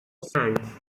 sands